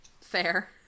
Fair